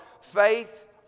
faith